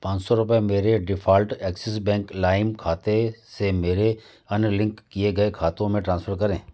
पाँच रुपये मेरे डिफाल्ट एक्सिस बैंक लाइम खाते से मेरे अन्य लिंक किए गए खातों में ट्रांसफर करें